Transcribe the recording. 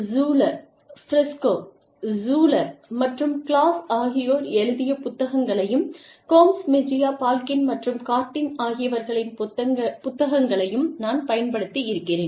Schuler Briscoe Schuler மற்றும் Claus ஆகியோர் எழுதிய புத்தகங்களையும் கோம்ஸ் மெஜியா பால்கின் மற்றும் கார்டியின் ஆகியவர்களின் புத்தகங்களையும் நான் பயன்படுத்தி இருக்கிறேன்